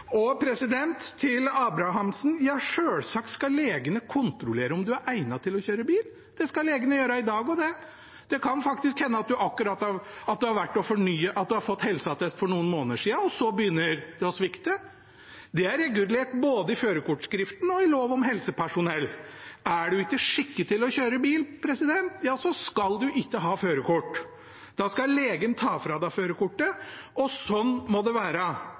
skal legene gjøre i dag også. Det kan faktisk hende at en har fått helseattest for noen måneder siden, og så begynner det å svikte. Det er regulert i både førerkortforskriften og i lov om helsepersonell. Er en ikke skikket til å kjøre bil, skal en ikke ha førerkort. Da skal legen ta fra deg førerkortet, og sånn må det være.